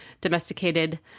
domesticated